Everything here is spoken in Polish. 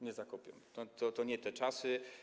Nie zakopią, to nie te czasy.